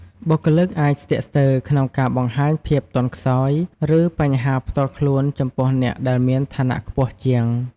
បុគ្គលិកអាចស្ទាក់ស្ទើរក្នុងការបង្ហាញភាពទន់ខ្សោយ ឬបញ្ហាផ្ទាល់ខ្លួនចំពោះអ្នកដែលមានឋានៈខ្ពស់ជាង។